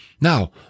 Now